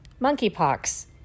monkeypox